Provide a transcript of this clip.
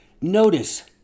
notice